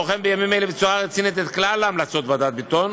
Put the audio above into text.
בוחן בימים אלה בצורה רצינית את כלל המלצות ועדת ביטון